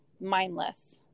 mindless